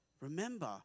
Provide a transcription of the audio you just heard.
Remember